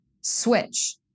switch